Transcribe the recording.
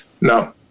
No